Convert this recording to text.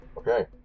Okay